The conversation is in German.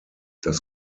das